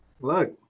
look